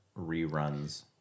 reruns